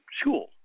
school